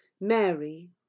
Mary